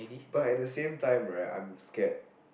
but at the same time right I'm scared